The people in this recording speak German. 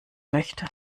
möchte